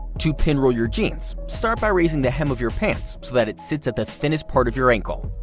to pinroll your jeans, start by raising the hem of your pants so that it sits at the thinnest part of your ankle.